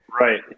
Right